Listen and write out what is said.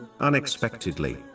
unexpectedly